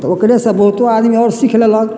तऽ ओकरे सऽ बहुतो आदमी आओर सीख लेलक